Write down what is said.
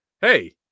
Hey